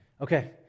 Okay